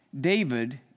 David